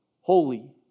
holy